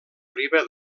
riba